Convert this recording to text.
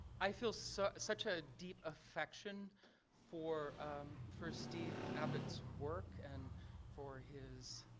i feel so such a deep affection for for steve abbott's work and for his,